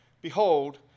Behold